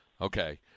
Okay